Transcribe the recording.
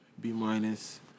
B-minus